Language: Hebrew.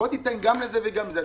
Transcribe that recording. בוא תיתן גם לזה וגם לזה.